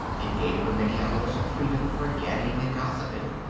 it gave her many hours of freedom for gadding and gossiping.